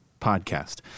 podcast